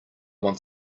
want